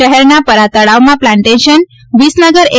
શહેરના પરા તળાવમાં પ્લાન્ટેશન વીસનગર એ